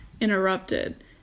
interrupted